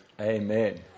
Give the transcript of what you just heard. Amen